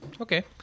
Okay